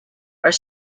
are